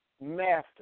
master